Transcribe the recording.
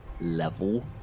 level